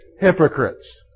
Hypocrites